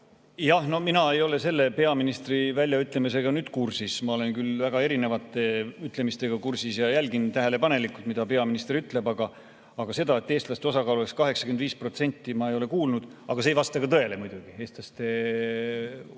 no mina ei ole selle peaministri väljaütlemisega kursis. Ma olen küll väga erinevate ütlemistega kursis ja jälgin tähelepanelikult, mida peaminister ütleb, aga seda, et eestlaste osakaal oleks 85%, ma ei ole kuulnud. See ei vasta ka tõele muidugi. Eestlaste